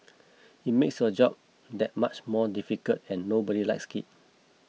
it makes your job that much more difficult and nobody likes it